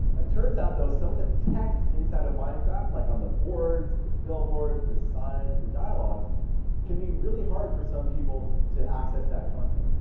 it turns out though some of the text inside of minecraft, like on the boards, billboards, the signs, the dialogues can be really hard for some people to access that content.